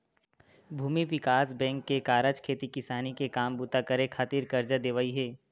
भूमि बिकास बेंक के कारज खेती किसानी के काम बूता करे खातिर करजा देवई हे